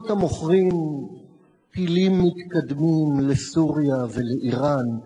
אותם מוכרים טילים מתקדמים לסוריה ולאירן,